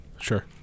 Sure